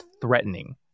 threatening